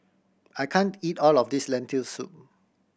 I can't eat all of this Lentil Soup